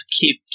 keep